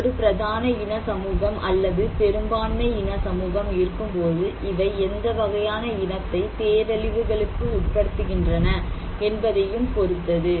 ஒரு பிரதான இன சமூகம் அல்லது பெரும்பான்மை இன சமூகம் இருக்கும்போது இவை எந்த வகையான இனத்தை பேரழிவுகளுக்கு உட்படுத்துகின்றன என்பதையும் பொறுத்தது